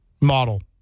model